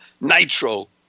Nitro